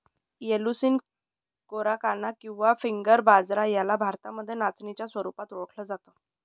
Eleusine coracana किंवा finger बाजरा याला भारतामध्ये नाचणीच्या स्वरूपात ओळखल जात